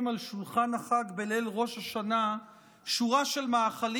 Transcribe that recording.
על שולחן החג בליל ראש השנה שורה של מאכלים